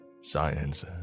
Science